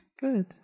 good